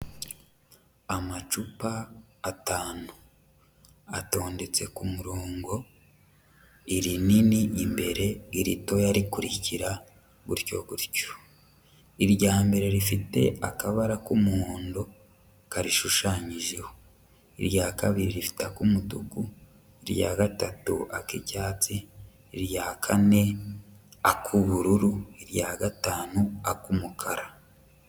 Amacupa atanu. Atondetse ku murongo, irinini imbere, iritoya rikurikira, gutyo gutyo. Irya mbere rifite akabara k'umuhondo karishushanyijeho. Irya kabiri rifite ak'umutuku, irya gatatu ak'icyatsi, irya kane ak'ubururu, irya gatanu ak'umukara.